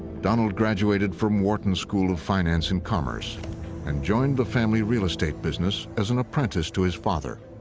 donald graduated from wharton school of finance and commerce and joined the family real estate business as an apprentice to his father.